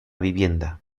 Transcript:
vivienda